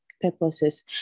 Purposes